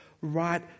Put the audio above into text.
right